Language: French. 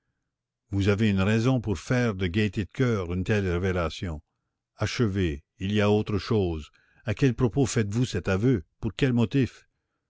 vous avez une raison pour faire de gaîté de coeur une telle révélation achevez il y a autre chose à quel propos faites-vous cet aveu pour quel motif